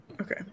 Okay